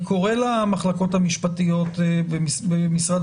אני קורא למחלקות המשפטיות במשרד